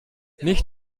nicht